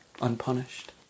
unpunished